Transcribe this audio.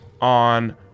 on